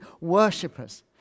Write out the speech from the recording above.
worshippers